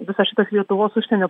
visas šitas lietuvos užsienio